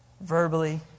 verbally